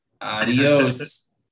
Adios